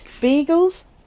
Beagles